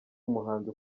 umuhanzi